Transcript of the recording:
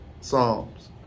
Psalms